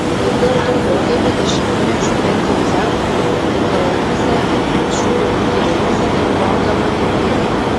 vis dėlto daugelį dešimtmečių bent jau jav ilgalaikiuose šių ligų tyrimuose dalyvaudavo tik vyrai